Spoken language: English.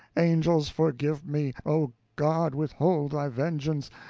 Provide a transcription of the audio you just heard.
angels forgive me! oh, god, withhold thy vengeance!